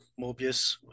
Mobius